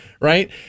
Right